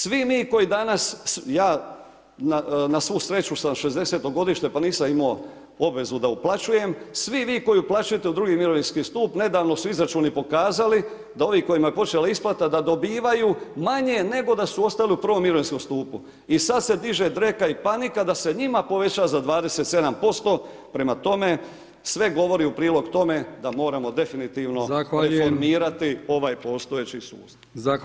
Svi mi koji danas, ja na svu sreću sam '60. godište pa nisam imao obvezu da uplaćujem, svi vi koji uplaćujete u II. mirovinski stup, nedavno su izračuni pokazali da ovi kojima je počela isplata, da dobivaju manje nego da su ostali u I. mirovinskom stupu i sad se diže dreka i panika da se njima poveća za 27%, prema tome sve govori u prilog tome da moramo definitivno reformirati ovaj postojeći sustav.